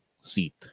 seat